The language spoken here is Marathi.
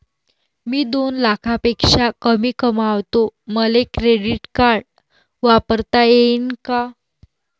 मी दोन लाखापेक्षा कमी कमावतो, मले क्रेडिट कार्ड वापरता येईन का?